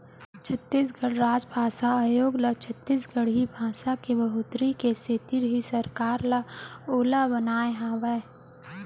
छत्तीसगढ़ राजभासा आयोग ल छत्तीसगढ़ी भासा के बड़होत्तरी के सेती ही सरकार ह ओला बनाए हावय